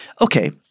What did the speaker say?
Okay